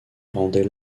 rendait